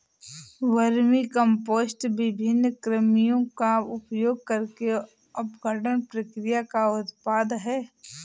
vermicompost विभिन्न कृमियों का उपयोग करके अपघटन प्रक्रिया का उत्पाद है